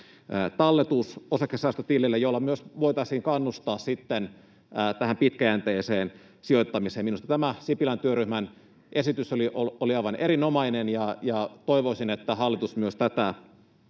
osakesäästötilille talletus, jolla myös voitaisiin kannustaa tähän pitkäjänteiseen sijoittamiseen. Minusta tämä Sipilän työryhmän esitys oli aivan erinomainen, ja toivoisin, että hallitus myös tätä